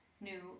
new